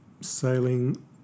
sailing